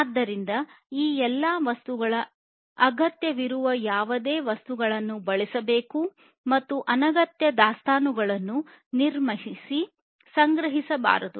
ಆದ್ದರಿಂದ ಈ ಎಲ್ಲ ವಸ್ತುಗಳ ಅಗತ್ಯವಿರುವ ಯಾವುದೇ ವಸ್ತುಗಳನ್ನು ಬಳಸಬೇಕು ಮತ್ತು ಅನಗತ್ಯ ದಾಸ್ತಾನುಗಳನ್ನು ನಿರ್ಮಿಸಿ ಸಂಗ್ರಹಿಸಬಾರದು